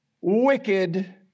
wicked